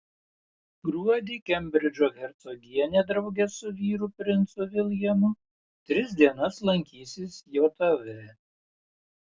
gruodį kembridžo hercogienė drauge su vyru princu viljamu tris dienas lankysis jav